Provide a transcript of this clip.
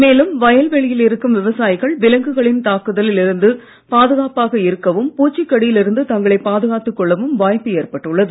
மேலும் வயல்வெளியில் இருக்கும் விவசாயிகள் விலங்குகளின் தாக்குதலில் இருந்து பாதுகாப்பாக இருக்கவும் பூச்சிக் கடியில் இருந்து தங்களை பாதுகாத்து கொள்ளவும் வாய்ப்பு ஏற்பட்டுள்ளது